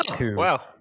Wow